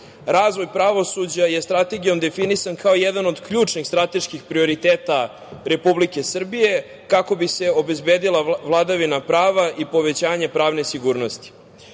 Razvoj pravosuđa je Strategijom definisan kao jedna od ključnih strateških prioriteta Republike Srbije kako bi se obezbedila vladavina prava i povećanje pravne sigurnosti. Kada